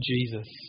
Jesus